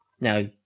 Now